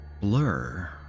blur